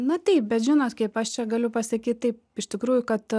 na taip bet žinot kaip aš čia galiu pasakyt taip iš tikrųjų kad